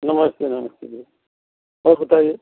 नमस्ते नमस्ते जी और बताइए